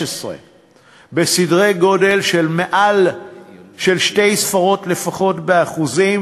בסדר גודל של שתי ספרות לפחות באחוזים,